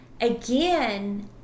again